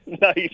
Nice